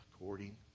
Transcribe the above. according